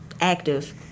active